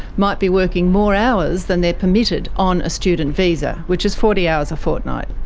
might be working more hours than they're permitted on a student visa, which is forty hours a fortnight.